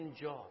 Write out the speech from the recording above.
job